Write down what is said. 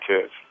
kids